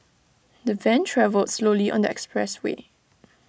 the van travelled slowly on the expressway